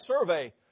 survey